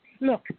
Look